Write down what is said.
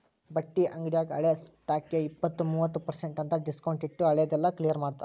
ಬಟ್ಟಿ ಅಂಗ್ಡ್ಯಾಗ ಹಳೆ ಸ್ಟಾಕ್ಗೆ ಇಪ್ಪತ್ತು ಮೂವತ್ ಪರ್ಸೆನ್ಟ್ ಅಂತ್ ಡಿಸ್ಕೊಂಟ್ಟಿಟ್ಟು ಹಳೆ ದೆಲ್ಲಾ ಕ್ಲಿಯರ್ ಮಾಡ್ತಾರ